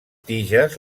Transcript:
tiges